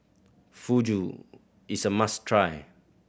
fugu is a must try